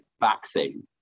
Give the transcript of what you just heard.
vaccine